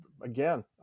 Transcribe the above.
again